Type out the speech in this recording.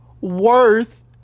worth